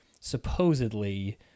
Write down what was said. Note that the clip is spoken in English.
supposedly